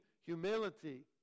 humility